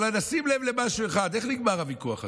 אבל נשים לב למשהו אחד, איך נגמר הוויכוח הזה?